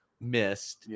missed